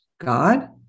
God